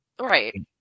Right